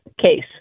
case